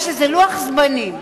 יש איזה לוח זמנים,